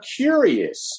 curious